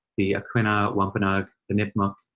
the aquinnah wampanoag, the nipmuc,